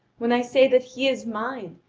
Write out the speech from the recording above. when i say that he is mine,